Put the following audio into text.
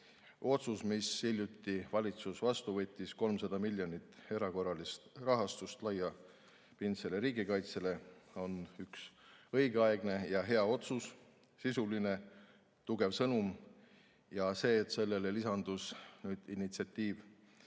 otsus, mille valitsus hiljuti vastu võttis – 300 miljonit erakorralist rahastust laiapindsele riigikaitsele –, on üks õigeaegne ja hea otsus, sisuline tugev sõnum. See, et sellele lisandus initsiatiiv